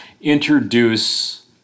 introduce